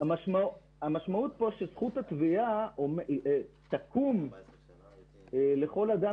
המשמעות כאן שזכות התביעה תקום לכל אדם